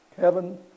Heaven